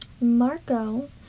Marco